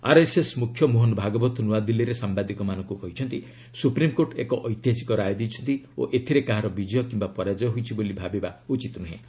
RSS ମୁଖ୍ୟ ମୋହନ ଭାଗବତ ନ୍ନଆଦିଲ୍ଲୀରେ ସାମ୍ବାଦିକମାନଙ୍କୁ କହିଛନ୍ତି ସୁପ୍ରିମ୍କୋର୍ଟ ଏକ ଐତିହାସିକ ରାୟ ଦେଇଛନ୍ତି ଓ ଏଥିରେ କାହାର ବିଜୟ କିମ୍ବା ପରାଜୟ ହୋଇଛି ବୋଲି ଭାବିବା ଉଚିତ୍ ନୁହେଁ